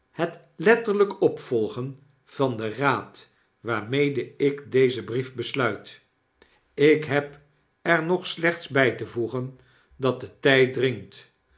het letterlyk opvolgen van den raad waarmede ik dezen brief besluit lk heb er nog slechts bij te voegen datde tijd dringt